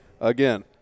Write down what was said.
again